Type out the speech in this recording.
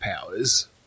powers